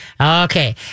Okay